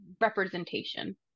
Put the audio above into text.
representation